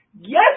yes